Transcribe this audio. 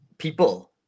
people